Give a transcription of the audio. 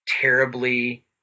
terribly